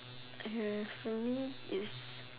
I have for me is